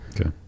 Okay